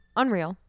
unreal